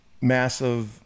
massive